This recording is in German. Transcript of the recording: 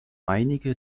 einige